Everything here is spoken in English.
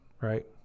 right